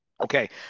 Okay